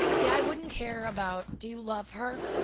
yeah, i wouldn't care about, do you love her,